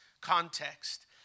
context